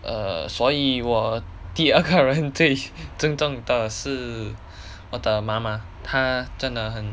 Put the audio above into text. err 所以我第二个人最尊重的是我的妈妈她真的很